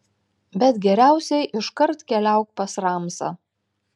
bet geriausiai iškart keliauk pas ramsą